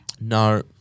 No